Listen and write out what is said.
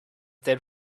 they